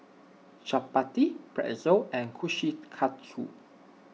Chapati Pretzel and Kushikatsu